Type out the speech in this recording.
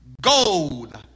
gold